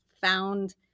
found